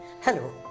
hello